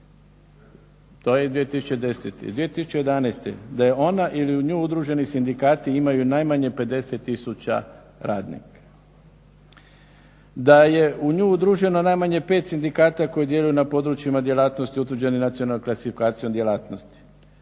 To je iz 2010., iz 2011. da je ona ili u nju udruženi sindikati imaju najmanje 50 tisuća radnika. Da je u nju udruženo najmanje 5 sindikata koji djeluju na područjima djelatnosti utvrđeni nacionalnom klasifikacijom djelatnosti.